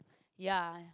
ya